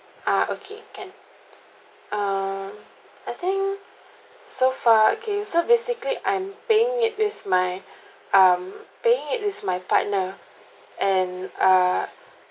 ah okay can err I think so far okay so basically I'm paying it with my um paying it with my partner and err